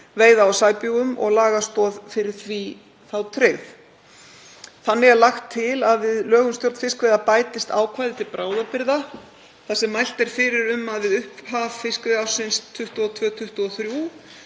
veiða á sæbjúgum og lagastoð fyrir því þá tryggð. Þannig er lagt til að við lög um stjórn fiskveiða bætist ákvæði til bráðabirgða þar sem mælt er fyrir um að við upphaf fiskveiðiársins 2022–2023